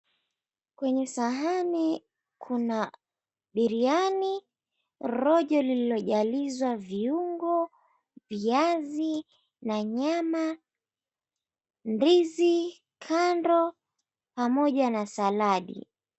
Kwenye sahani kuna biriani, rojo lililojalizwa viungo, viazi na nyama. Ndizi, kando, pamoja na saladi.